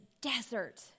desert